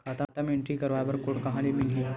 खाता म एंट्री कराय बर बार कोड कहां ले मिलही?